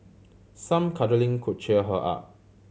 some cuddling could cheer her up